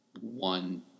one